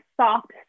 soft